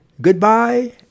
Goodbye